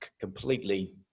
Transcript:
completely